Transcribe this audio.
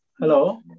Hello